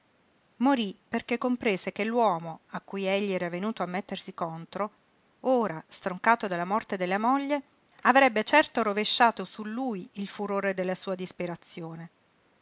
morí perché comprese che l'uomo a cui egli era venuto a mettersi contro ora stroncato dalla morte della moglie avrebbe certo rovesciato su lui il furore della sua disperazione